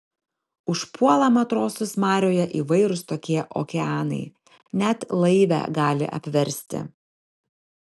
užpuola matrosus marioje įvairūs tokie okeanai net laivę gali apversti